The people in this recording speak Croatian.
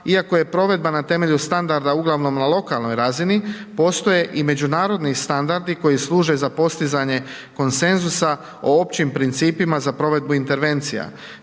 iako je provedba na temelju standarda ugl. na lokalnoj razini, postoje i međunarodni standardi koji služe za postizanje konsenzusa o općim principima za provedbu intervencija.